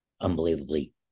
unbelievably